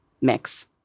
mix